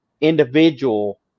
individual